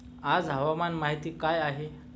आज हवामान माहिती काय आहे?